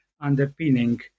underpinning